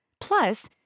Plus